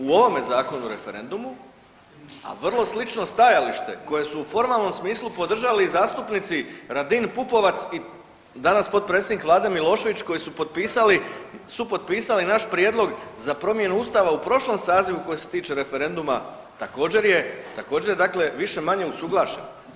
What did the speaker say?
ovome Zakonu o referendumu, a vrlo slično stajalište koje su u formalnom smislu podržali i zastupnici Radin, Pupovac i danas potpredsjednik vlade Milošević koji su potpisali, supotpisali naš prijedlog za promjenu Ustavu u prošlom sazivu koji se tiče referenduma također je, također dakle više-manje usuglašen.